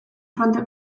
fronte